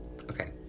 Okay